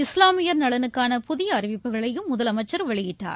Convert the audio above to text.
இஸ்லாமியர் நலனுக்கான புதிய அறிவிப்புகளையும் முதலமைச்சர் வெளியிட்டார்